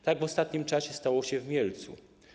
Tak w ostatnim czasie stało się w Mielcu.